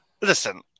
Listen